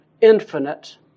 infinite